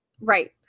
Right